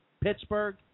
Pittsburgh